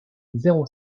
zéro